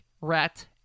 rat